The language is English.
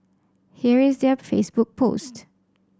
here is their Facebook post